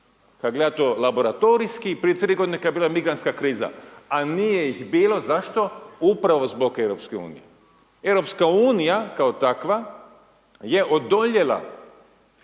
kad gledate laboratorijski prije 3 godine kad je bila migrantska kriza, al nije ih bilo, zašto, upravo zbog EU, EU kao takva je odoljela